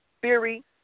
theory